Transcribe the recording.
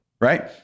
right